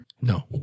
No